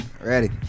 ready